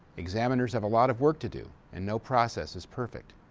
examiners have a lot of work to do, and no process is perfect.